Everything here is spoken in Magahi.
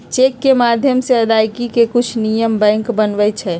चेक के माध्यम से अदायगी के कुछ नियम बैंक बनबई छई